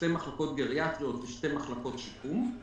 שתיים גריאטריות ושתיים של שיקום,